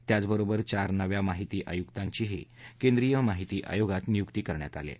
त्याचबरोबर चार नव्या माहिती आयुक्तांचीही केंद्रीय माहिती आयोगात नियुक्ती करण्यात आली आहे